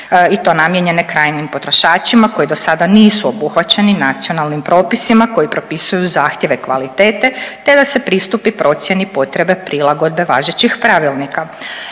i to namijenjene krajnjim potrošačima koji do sada nisu obuhvaćeni nacionalnim propisima koji propisuju zahtjeve kvalitete, te da se pristupi procijeni potrebe prilagodbe važećih pravilnika.